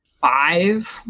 five